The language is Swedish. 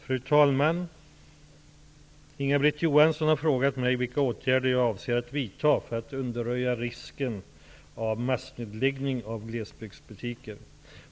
Fru talman! Inga-Britt Johansson har frågat mig vilka åtgärder jag avser att vidta för att undanröja risken av massnedläggning av glesbygdsbutiker.